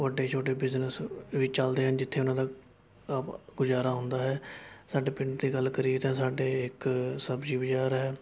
ਵੱਡੇ ਛੋਟੇ ਬਿਜ਼ਨਸ ਵੀ ਚਲਦੇ ਹਨ ਜਿੱਥੇ ਉਹਨਾਂ ਦਾ ਅ ਗੁਜ਼ਾਰਾ ਹੁੰਦਾ ਹੈ ਸਾਡੇ ਪਿੰਡ ਦੀ ਗੱਲ ਕਰੀਏ ਤਾਂ ਸਾਡੇ ਇੱਕ ਸਬਜ਼ੀ ਬਾਜ਼ਾਰ ਹੈ